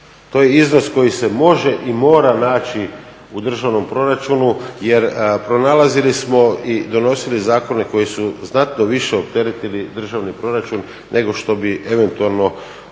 To je iznos koji se može i mora naći u državnom proračunu jer pronalazili smo i donosili zakone koji su znatno više opteretili državni proračun nego što bi eventualno